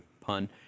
pun